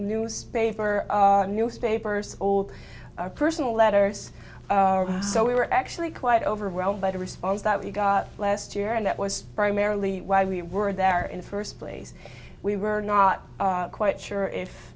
newspaper newspapers all our personal letters so we were actually quite overwhelmed by the response that we got last year and that was primarily why we were there in the first place we were not quite sure if